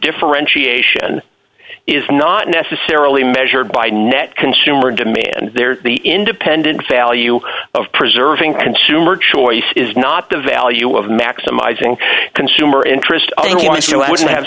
differentiation is not necessarily measured by net consumer demand there the independent value of preserving consumer choice is not the value of maximizing consumer interest on the one who wouldn't have